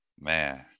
man